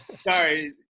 Sorry